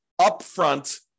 upfront